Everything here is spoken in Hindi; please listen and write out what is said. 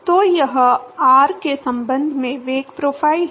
तो यह r के संबंध में वेग प्रोफ़ाइल है